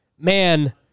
Man